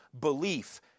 belief